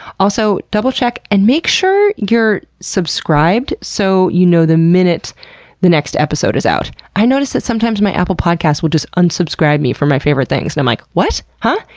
also, double-check and make sure you're subscribed so you know the minute the next episode is out. i noticed that sometimes my apple podcast will just unsubscribe me from my favorite things and i'm like, what, huh!